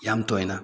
ꯌꯥꯝ ꯇꯣꯏꯅ